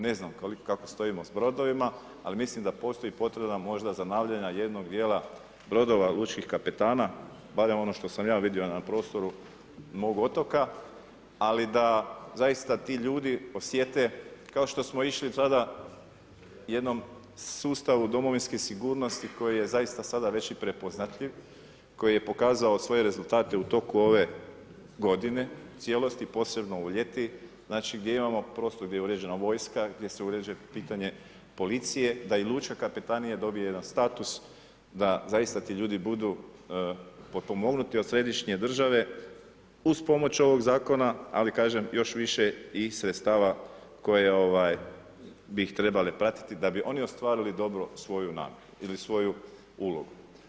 Ne znam kako stojimo s brodovima, ali mislim da postoji potreba da možda za obnavljanja jednog djela brodova lučkih kapetana, barem ono što sam ja vidio na prostoru mog otoka ali da zaista ti ljudi osjete kao što smo išli sada jednom sustavu Domovinske sigurnosti koji je zaista sada već i prepoznatljiv, koji je pokazao svoje rezultate u toku ove godine u cijelosti, posebno u ljeti znači gdje imamo prostor, gdje je uređena vojska, gdje se uređuje pitanje policija, da i lučka kapetanija dobije jedan status, da zaista ti ljudi budu potpomognuti od središnje države uz pomoć ovog zakona ali kažem, još više i sredstava koja bih trebali platiti da bi oni ostvarili dobru svoju namjeru ili svoju ulogu.